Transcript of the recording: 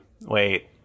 Wait